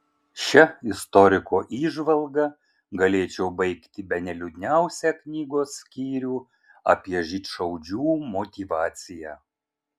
šia istoriko įžvalga galėčiau baigti bene liūdniausią knygos skyrių apie žydšaudžių motyvaciją